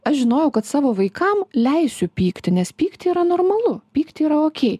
aš žinojau kad savo vaikam leisiu pykti nes pykti yra normalu pykti yra okei